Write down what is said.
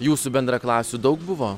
jūsų bendraklasių daug buvo